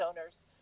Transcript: owners